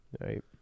Right